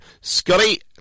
scotty